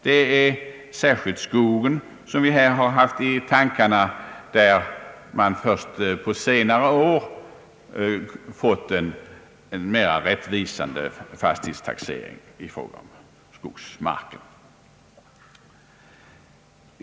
Det är särskilt skogen som vi här har haft i tankarna. Först på senare år har det ju blivit en mera rättvisande fastighetstaxering i fråga om skogsmarken.